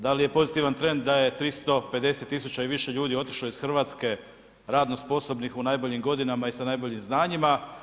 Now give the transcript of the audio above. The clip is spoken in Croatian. Da li je pozitivan trend da je 350 tisuća i više ljudi otišlo iz RH radno sposobnih u najboljim godinama i sa najboljim znanjima?